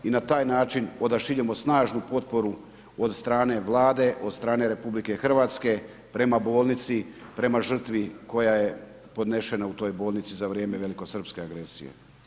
I na taj način odašiljemo snažnu potporu od strane Vlade od strane RH prema bolnici, prema žrtvi koja je podnešena u toj bolnici za vrijeme velikosrpske agresije.